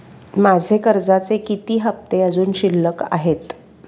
माझे कर्जाचे किती हफ्ते अजुन शिल्लक आहेत?